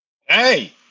Hey